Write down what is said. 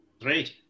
Great